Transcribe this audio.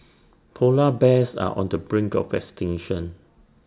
Polar Bears are on the brink of extinction